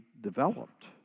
developed